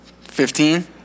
Fifteen